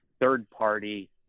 third-party